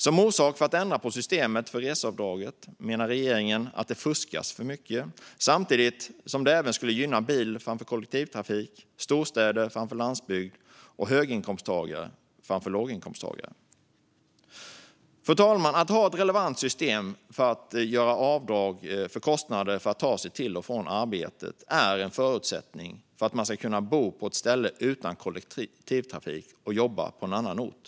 Som orsaker för att ändra på systemet för reseavdrag anger regeringen att det fuskas för mycket samt att systemet skulle gynna bil framför kollektivtrafik, storstäder framför landsbygd och höginkomsttagare framför låginkomsttagare. Fru talman! Att det finns ett relevant system för att göra avdrag för kostnader för att ta sig till och från arbetet är en förutsättning för att man ska kunna bo på ett ställe utan kollektivtrafik och jobba på en annan ort.